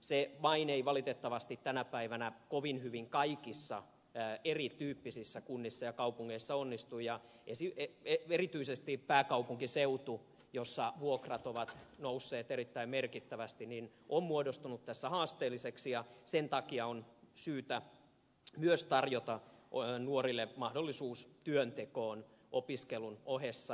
se vain ei valitettavasti tänä päivänä kovin hyvin kaikissa erityyppisissä kunnissa ja kaupungeissa onnistu ja erityisesti pääkaupunkiseutu jossa vuokrat ovat nousseet erittäin merkittävästi on muodostunut tässä haasteelliseksi ja sen takia on syytä myös tarjota nuorille mahdollisuus työntekoon opiskelun ohessa